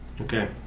Okay